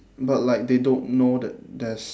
but like they don't know that there's